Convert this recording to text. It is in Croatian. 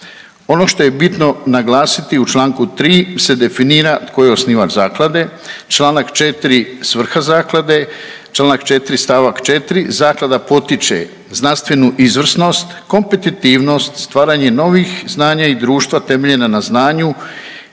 Ono što je bitno naglasiti u čl. 3. se definira tko je osnivač zaklade, čl. 4. svrha zaklade, čl. 4. st. 4. Zaklada potiče znanstvenu izvrsnost, kompetitivnost, stvaranje novih znanja i društva temeljena na znanju